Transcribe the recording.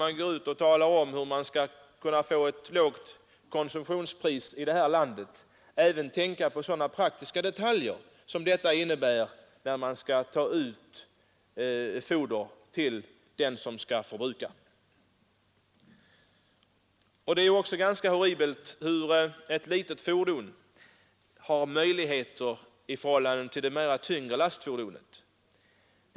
Alla som talar om hur man skall åstadkomma ett lågt konsumtionspris här i landet borde tänka på även sådana här praktiska detaljer. Det är också ganska horribelt vilka möjligheter ett litet fordon har i förhållande till det tyngre lastfordonet.